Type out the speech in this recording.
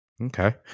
Okay